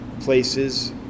places